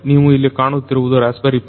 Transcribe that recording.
ನೀವು ಇಲ್ಲಿ ಕಾಣುತ್ತಿರುವುದು ರಸ್ಪಿಬೆರಿ ಪೈ